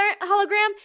hologram